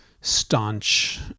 staunch